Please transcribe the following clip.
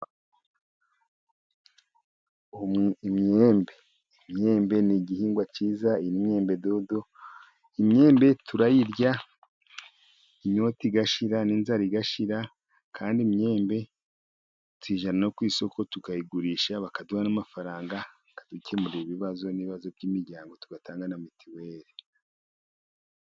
Imyembe, imyembe ni igihingwa cyiza imyembedodo. Imyembe turayirya inyota igashira, n'inzara igashira, kandi imyembe tuyijyana no ku isoko tukayigurisha bakaduha n'amafaranga akadukemurira ibibazo, n'ibibazo by'imiryango tugatanga na mitiweli.